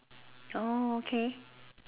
orh okay